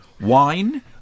wine